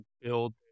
build